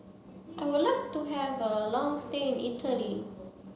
I would like to have a long stay in Italy